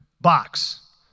box